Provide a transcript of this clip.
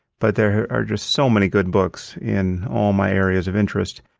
but there are just so many good books in all my areas of interest.